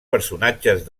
personatges